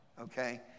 okay